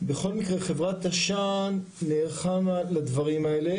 בכל מקרה חברת עשן נערכה לדברים האלה